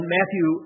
Matthew